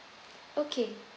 okay